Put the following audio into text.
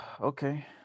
Okay